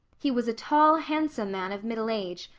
he was a tall, handsome man of middle age,